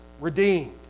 redeemed